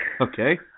Okay